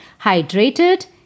hydrated